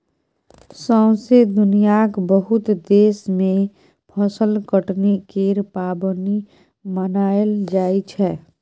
सौसें दुनियाँक बहुत देश मे फसल कटनी केर पाबनि मनाएल जाइ छै